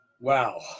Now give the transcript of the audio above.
Wow